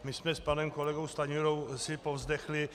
My jsme s panem kolegou Stanjurou si povzdechli.